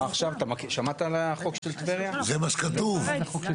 שנית, הרגולציה של העניין